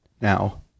now